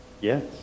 yes